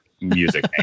music